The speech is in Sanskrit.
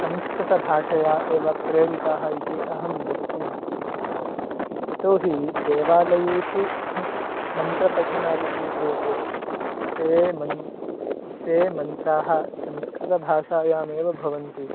संस्कृतभाषया एव प्रेरिताः इति अहं वक्तुं शक्नोमि यतो हि देवालयेषु मन्त्रपठनादिकं क्रियते ते मन्त्राः ते मन्त्राः संस्कृतभाषायामेव भवन्ति